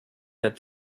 that